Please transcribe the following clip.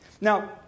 Now